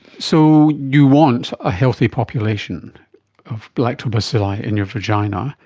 so you want a healthy population of lactobacilli in your vagina.